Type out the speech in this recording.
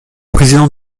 présidents